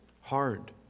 hard